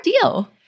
deal